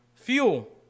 Fuel